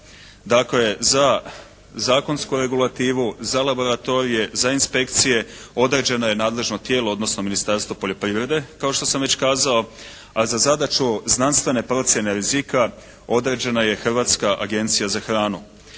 dakle za zakonsku regulativu, za laboratorije, za inspekcije određeno je nadležno tijelo odnosno Ministarstvo poljoprivrede kao što sam već kazao. A za zadaću znanstvene procjene rizika određena je Hrvatska agencija za hranu.